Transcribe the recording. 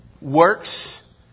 works